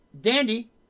Dandy